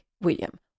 William